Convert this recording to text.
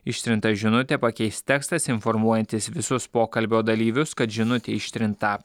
ištrintą žinutę pakeis tekstas informuojantis visus pokalbio dalyvius kad žinutė ištrinta